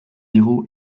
digu